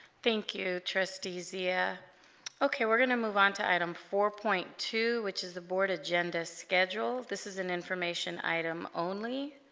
thank you trustee zia okay we're gonna move on to item four point two which is the board agenda schedule this is an information item only